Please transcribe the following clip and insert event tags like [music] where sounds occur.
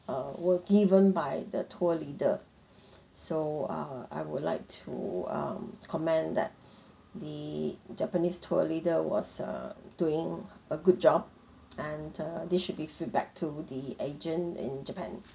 uh were given by the tour leader so uh I would like to um commend that the japanese tour leader was err doing a good job [noise] and uh this should be feedback to the agent in japan